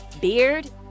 beard